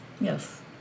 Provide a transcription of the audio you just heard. Yes